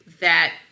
that-